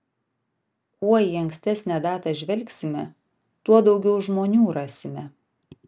kuo į ankstesnę datą žvelgsime tuo daugiau žmonių rasime